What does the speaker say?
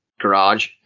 garage